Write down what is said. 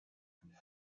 and